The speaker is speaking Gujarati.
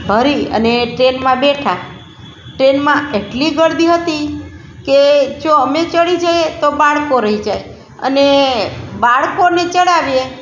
ભરી અને ટ્રેનમાં બેઠા ટ્રેનમાં એટલી ગીરદી હતી કે જો અમે ચડી જઈએ તો બાળકો રહી જાય અને બાળકોને ચડાવીએ